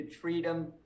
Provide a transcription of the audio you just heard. freedom